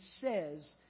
says